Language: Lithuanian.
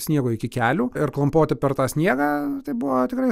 sniego iki kelių ir klampoti per tą sniegą tai buvo tikrai